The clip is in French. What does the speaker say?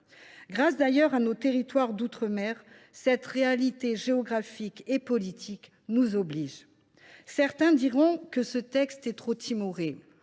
grâce, d’ailleurs, à nos territoires d’outre mer. Cette réalité géographique et politique nous oblige. Certains diront que ce texte est trop timoré.